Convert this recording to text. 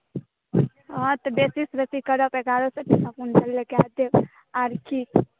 हॅं तऽ बेसी सऽ बेसी करब तऽ एकाध सए टका क्विण्टल लेब आर की